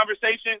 conversation